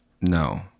No